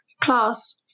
class